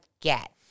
get